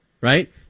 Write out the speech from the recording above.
right